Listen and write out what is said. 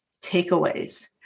takeaways